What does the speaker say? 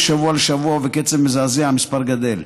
משבוע לשבוע ובקצב מזעזע המספר גדל.